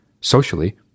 socially